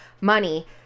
money